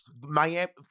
Miami